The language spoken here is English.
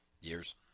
Years